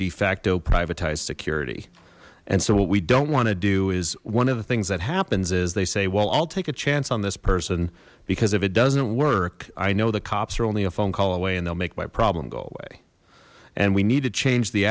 de facto privatized security and so what we don't want to do is one of the things that happens is they say well i'll take a chance on this person because if it doesn't work i know the cops are only a phone call away and they'll make my problem go away and we need to change the